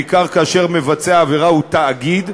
בעיקר כאשר מבצע העבירה הוא תאגיד,